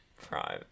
Prime